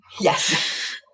Yes